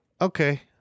okay